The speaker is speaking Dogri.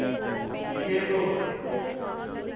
खेढो